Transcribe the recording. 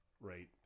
right